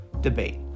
debate